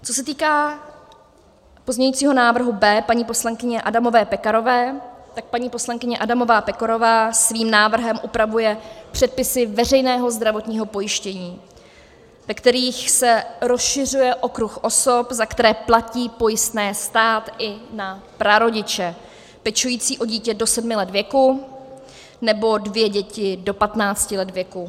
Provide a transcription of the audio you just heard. Co se týká pozměňujícího návrhu B paní poslankyně Adamové Pekarové, tak paní poslankyně Adamová Pekarová svým návrhem upravuje předpisy veřejného zdravotního pojištění, ve kterých se rozšiřuje okruh osob, za které platí pojistné stát, i na prarodiče pečující o dítě do sedmi let věku nebo dvě děti do 15 let věku.